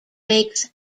makes